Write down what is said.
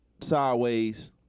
sideways